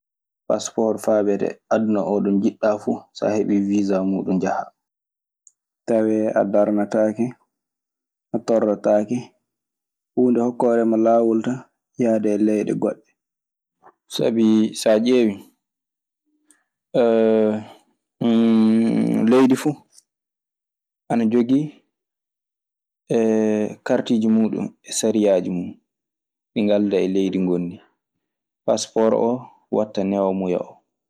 Paspor faabete aduna oo ɗo njiɗɗaa fuu so a heɓi wisa muuɗum njaha. Tawee a darnataake, a torlataake. Huunde hokkoore ma laawol tan yahde e leyɗe goɗɗe. Sabii saa ƴeewii leydi fu ana jogii kartiiji muuɗun e sariyaaji mun ɗi ngaldaa e leydi ngondi. Paspor o watta newamuya oo.